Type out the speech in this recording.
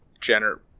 Jenner